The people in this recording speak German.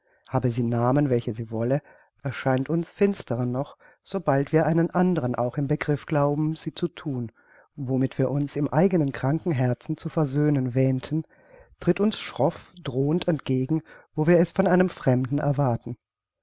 habe sie namen welchen sie wolle erscheint uns finsterer noch sobald wir einen andern auch im begriff glauben sie zu thun womit wir uns im eigenen kranken herzen zu versöhnen wähnten tritt uns schroff drohend entgegen wo wir es von einem fremden erwarten